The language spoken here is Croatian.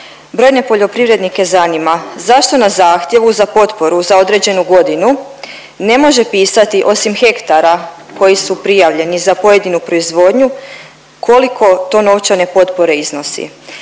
Brojne poljoprivrednike zanima, zašto na zahtjevu za potporu za određenu godinu ne može pisati osim hektara koji su prijavljeni za pojedinu proizvodnju koliko to novčane potpore iznosi?